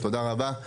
תודה רבה.